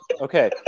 Okay